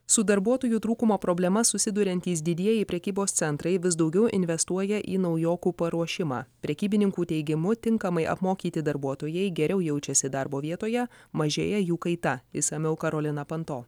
su darbuotojų trūkumo problema susiduriantys didieji prekybos centrai vis daugiau investuoja į naujokų paruošimą prekybininkų teigimu tinkamai apmokyti darbuotojai geriau jaučiasi darbo vietoje mažėja jų kaita išsamiau karolina panto